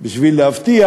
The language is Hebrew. בשביל להבטיח